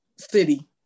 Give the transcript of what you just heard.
city